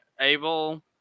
able